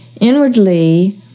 inwardly